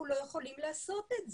אנחנו לא יכולים לעשות את זה.